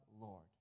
Lord